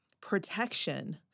protection